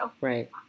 Right